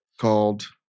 Called